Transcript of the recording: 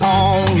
on